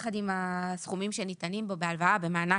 לא לשכוח גם שיש זכאות לרכב ולכל מיני